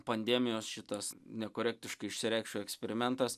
pandemijos šitas nekorektiškai išsireikšiu eksperimentas